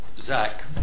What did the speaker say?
Zach